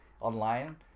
online